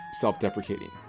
self-deprecating